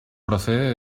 procede